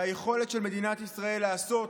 והיכולת של מדינת ישראל לעשות